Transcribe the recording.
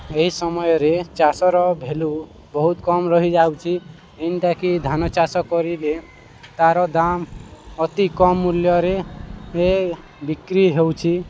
ଏହି ସମୟରେ ଚାଷର ଭାଲ୍ୟୁ ବହୁତ କମ୍ ରହିଯାଉଛି ଏନ୍ତାକି ଧାନ ଚାଷ କରିଲେ ତା'ର ଦାମ ଅତି କମ୍ ମୂଲ୍ୟରେ ଏ ବିକ୍ରି ହେଉଛି